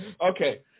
Okay